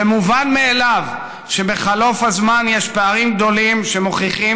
ומובן מאליו שבחלוף הזמן יש פערים גדולים שמוכיחים